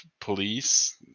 police